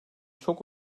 çok